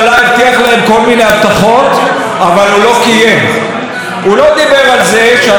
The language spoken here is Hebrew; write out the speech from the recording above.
הוא לא דיבר על זה שאנחנו חוקקנו לפני כמה חודשים את חוק המרכולים,